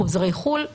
חוזרי חו"ל,